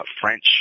French